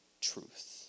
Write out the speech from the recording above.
truth